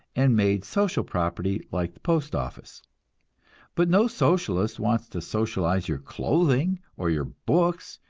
and made social property like the postoffice but no socialist wants to socialize your clothing, or your books,